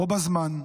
בו בזמן,